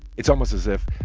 it's almost as if